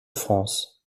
france